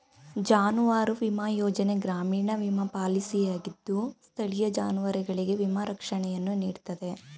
ಜಾನುವಾರು ವಿಮಾ ಯೋಜನೆ ಗ್ರಾಮೀಣ ವಿಮಾ ಪಾಲಿಸಿಯಾಗಿದ್ದು ಸ್ಥಳೀಯ ಜಾನುವಾರುಗಳಿಗೆ ವಿಮಾ ರಕ್ಷಣೆಯನ್ನು ನೀಡ್ತದೆ